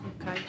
Okay